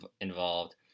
involved